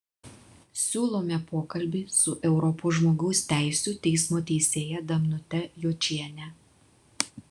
siūlome pokalbį su europos žmogaus teisių teismo teisėja danute jočiene